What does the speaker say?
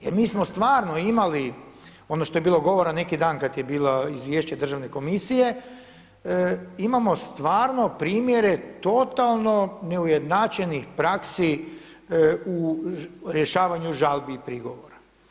Jer mi smo stvarno imali, ono što je bilo govora neki dan kada je bilo izvješće državne komisije, imamo stvarno primjere totalno neujednačenih praksi u rješavanju žalbi i prigovora.